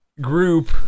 group